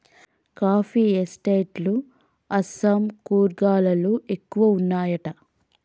coffee estate లు అస్సాం, కూర్గ్ లలో ఎక్కువ వున్నాయట